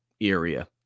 area